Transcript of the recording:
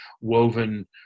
woven